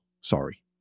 Sorry